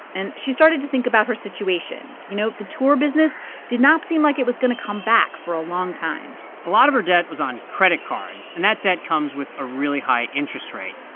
and she started to think about her situation. you know, the tour business did not seem like it was going to come back for a long time a lot of her debt was on credit cards, and that debt comes with a really high interest rate.